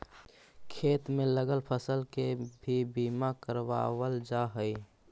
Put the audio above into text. खेत में लगल फसल के भी बीमा करावाल जा हई